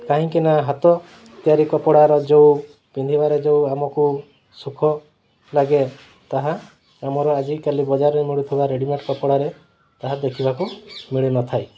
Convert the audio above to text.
କାହିଁକି ନା ହାତ ତିଆରି କପଡ଼ାର ଯେଉଁ ପିନ୍ଧିବାରେ ଯେଉଁ ଆମକୁ ସୁଖ ଲାଗେ ତାହା ଆମର ଆଜିକାଲି ବଜାରରେ ମିଳୁଥିବା ରେଡ଼ିମେଡ଼୍ କପଡ଼ାରେ ତାହା ଦେଖିବାକୁ ମିଳିନଥାଏ